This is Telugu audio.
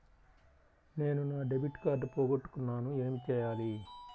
నేను నా డెబిట్ కార్డ్ పోగొట్టుకున్నాను ఏమి చేయాలి?